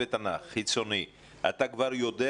חיצוני אתה כבר יודע?